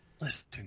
Listen